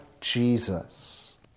Jesus